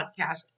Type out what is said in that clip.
podcast